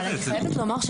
אני ממרכז